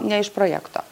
ne iš projekto